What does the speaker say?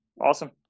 Awesome